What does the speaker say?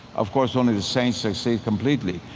of course, only the saints succeed completely.